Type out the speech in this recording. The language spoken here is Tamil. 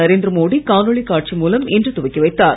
நரேந்திரமோடி காணொளிகாட்சிமூலம்இன்றுதுவக்கிவைத்தார்